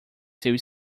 seu